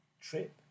trip